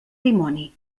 dimoni